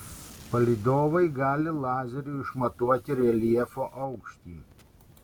palydovai gali lazeriu išmatuoti reljefo aukštį